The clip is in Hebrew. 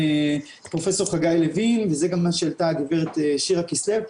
פרופ' חגי לוין וזה גם מה שהעלתה הגברת שירה כסלו.